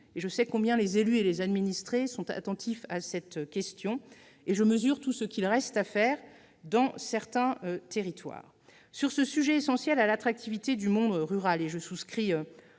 Je sais combien les élus et les administrés sont attentifs à cette question, et je mesure tout ce qu'il reste à faire dans certains territoires. Sur ce sujet essentiel pour l'attractivité du monde rural- qui